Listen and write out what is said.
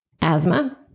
asthma